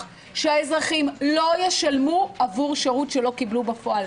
שהאזרחים לא ישלמו עבור שירות שלא קיבלו בפועל.